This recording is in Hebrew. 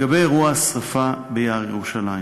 לגבי אירוע השרפה ביער ירושלים,